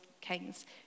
kings